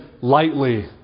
lightly